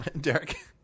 Derek